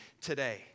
today